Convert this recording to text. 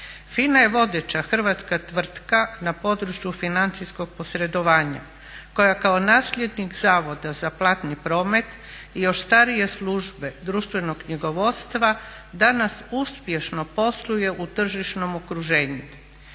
FINA je vodeća hrvatska tvrtka na području financijskog posredovanja koja kao nasljednik Zavoda za platni promet još starije službe društvenog knjigovodstva danas uspješno posluje u tržišnom okruženju.